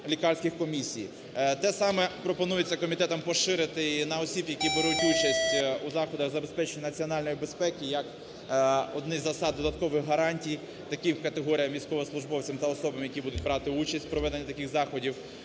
Те саме пропонується комітетом: поширити на осіб, які беруть участь у заходах забезпечення національної безпеки як одні із засад додаткових гарантій таким категоріям військовослужбовцям та особам, які будуть брати участь в проведенні таких заходів.